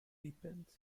deepened